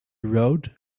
rode